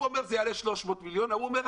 אומר שזה יעלה 300 מיליון וההוא אומר,